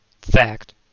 fact